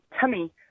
tummy